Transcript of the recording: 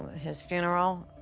his funeral,